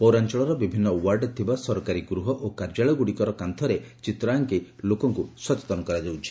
ପୌରାଞ୍ଚଳର ବିଭିନ୍ନ ଓ୍ୱାର୍ଡରେ ଥିବା ସରକାରୀ ଗୃହ ଓ କାର୍ଯ୍ୟାଳୟଗୁଡ଼ିକର କାନ୍ଝରେ ଚିତ୍ର ଆଙ୍କି ଲୋକଙ୍ଙୁ ସଚେତନ କରାଯାଉଛି